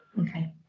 Okay